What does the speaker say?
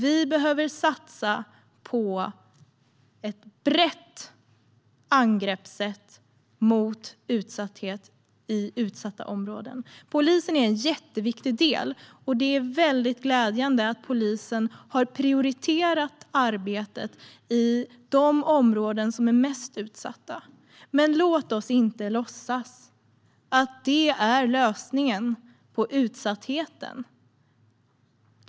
Vi behöver satsa på ett brett angreppssätt när det gäller utsatthet i vissa områden. Polisen är en jätteviktig del, och det är glädjande att polisen har prioriterat arbetet i de områden som är mest utsatta. Men låt oss inte låtsas att det är lösningen på utsattheten.